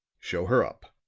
show her up.